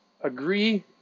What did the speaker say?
agree